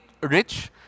rich